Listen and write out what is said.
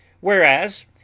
whereas